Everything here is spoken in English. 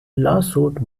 lawsuit